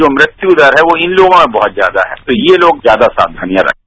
जो मृत्युदर है वो इन लोगों में बहुत ज्यादा है तो ये लोग ज्यादा साक्षानियां बरतें